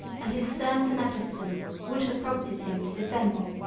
and his stern fanaticism would have prompted him to dissemble,